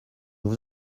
vous